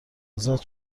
ازاد